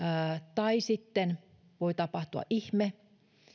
tai sitten voi tapahtua ihme